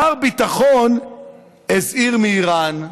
מר ביטחון הזהיר מאיראן,